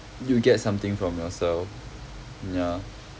you get something from yourself ya